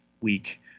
week